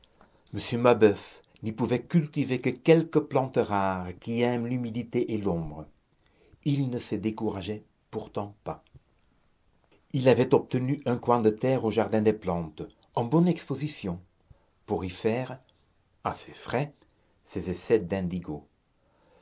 m mabeuf n'y pouvait cultiver que quelques plantes rares qui aiment l'humidité et l'ombre il ne se décourageait pourtant pas il avait obtenu un coin de terre au jardin des plantes en bonne exposition pour y faire à ses frais ses essais d'indigo